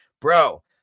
Bro